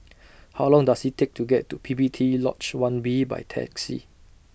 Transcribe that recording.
How Long Does IT Take to get to P P T Lodge one B By Taxi